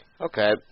Okay